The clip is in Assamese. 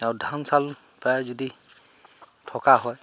আৰু ধান চাউল প্ৰায় যদি থকা হয়